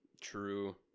True